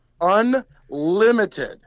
Unlimited